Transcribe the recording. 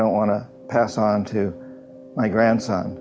don't want to pass on to my grandson